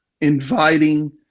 inviting